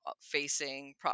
facing